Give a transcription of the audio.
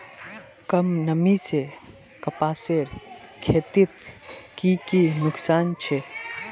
कम नमी से कपासेर खेतीत की की नुकसान छे?